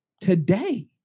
today